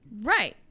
right